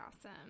awesome